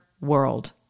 world